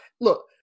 look